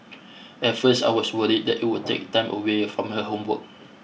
at first I was worried that it would take time away from her homework